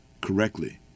correctly